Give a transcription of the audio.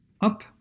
up